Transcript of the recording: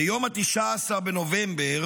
ביום 19 בנובמבר